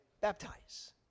Baptize